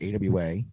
awa